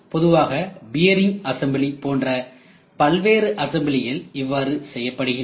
பொதுவாக bearing assembly போன்ற பல்வேறு அசம்பிளிகள் இவ்வாறு செய்யப்படுகின்றன